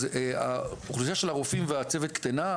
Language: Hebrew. אז האוכלוסייה של הרופאים והצוות קטנה,